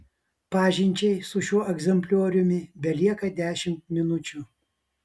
pažinčiai su šiuo egzemplioriumi belieka dešimt minučių